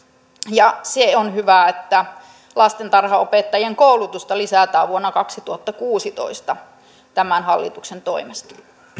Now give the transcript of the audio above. ja se on hyvä että lastentarhanopettajien koulutusta lisätään vuonna kaksituhattakuusitoista tämän hallituksen toimesta